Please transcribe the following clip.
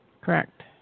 correct